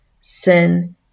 sin